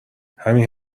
همین